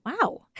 Wow